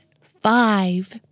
five